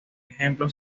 ejemplo